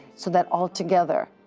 so that altogether,